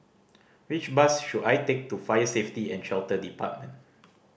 which bus should I take to Fire Safety And Shelter Department